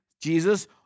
Jesus